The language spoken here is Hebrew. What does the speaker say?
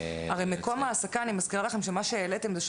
אני מזכירה לכם שהעליתם בנוגע למקום